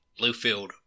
Bluefield